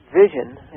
vision